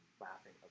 laughing